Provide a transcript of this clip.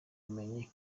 ubumenyi